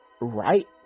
right